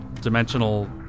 dimensional